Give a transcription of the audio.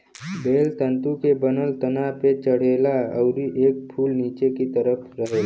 बेल तंतु के बनल तना पे चढ़ेला अउरी एकर फूल निचे की तरफ रहेला